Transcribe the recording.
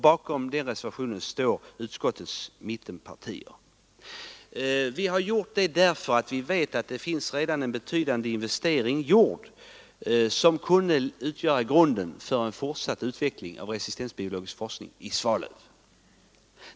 Bakom denna reservation står mittenpartiernas representanter i utskottet. Det ena motivet är att vi vet att det redan gjorts en betydande investering, som kunde utgöra grunden för en fortsatt utveckling av resistensbiologisk forskning i Svalöv.